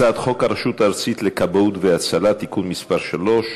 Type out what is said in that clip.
הצעת חוק הרשות הארצית לכבאות והצלה (תיקון מס' 3),